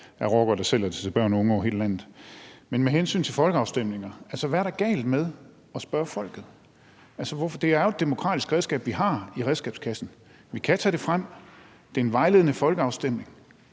er rockere, der sælger det til børn og unge i hele landet. Men med hensyn til folkeafstemninger må jeg spørge: Hvad er der galt med at spørge folket? Det er jo et demokratisk redskab, vi har i redskabskassen. Vi kan tage det frem. Det er en vejledende folkeafstemning.